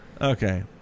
Okay